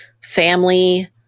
family